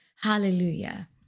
Hallelujah